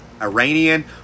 Iranian